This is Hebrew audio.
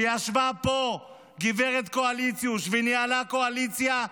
שישבה פה, גברת קואליציוש, וניהלה קואליציה,